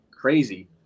crazy